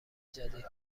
جدید